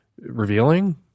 revealing